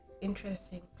interesting